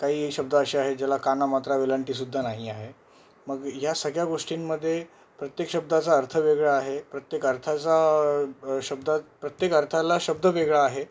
काही शब्द असे आहेत ज्याला काना मात्रा वेलांटीसुद्धा नाही आहे मग ह्या सगळ्या गोष्टींमध्ये प्रत्येक शब्दाचा अर्थ वेगळा आहे प्रत्येक अर्थाचा शब्द प्रत्येक अर्थाला शब्द वेगळा आहे